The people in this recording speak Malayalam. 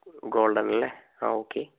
ഗോൾഡൻ ലെ ആ ഓക്കെ